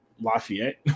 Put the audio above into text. Lafayette